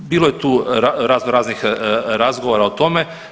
Bilo je tu razno raznih razgovora o tome.